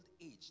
age